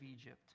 Egypt